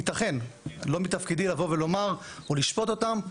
ייתכן, לא מתפקידי לבוא ולומר או לשפוט אותם,